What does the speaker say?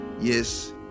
Yes